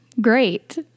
great